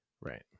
Right